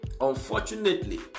Unfortunately